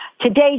Today